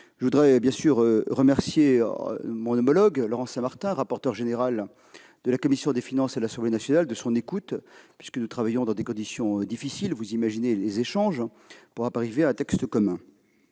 et nourris. Je veux remercier mon homologue Laurent Saint-Martin, rapporteur général de la commission des finances de l'Assemblée nationale, de son écoute- nous travaillons dans des conditions difficiles, et vous imaginez quels échanges il faut pour arriver à un texte commun.